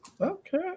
Okay